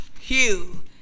Hugh